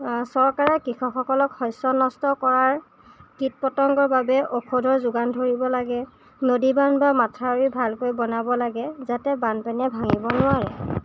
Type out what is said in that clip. চৰকাৰে কৃষকসকলক শস্য় নষ্ট কৰা কীট পতংগৰ বাবে ঔষধৰ যোগান ধৰিব লাগে নদীবান্ধ বা মাথাউৰি ভালকৈ বনাব লাগে যাতে বানপানীয়ে ভাঙিব নোৱাৰে